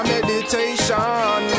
Meditation